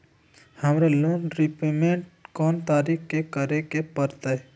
हमरा loan repayment कोन तारीख के करे के परतई?